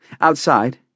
Outside